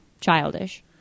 childish